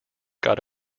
got